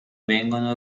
vengono